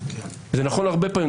זה נכון הרבה פעמים.